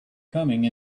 coming